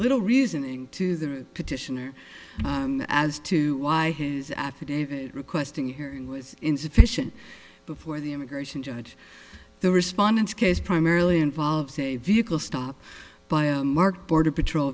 little reasoning to the petitioner as to why his affidavit requesting a hearing was insufficient before the immigration judge the respondents case primarily involves a vehicle stop by a marked border patrol